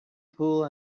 pool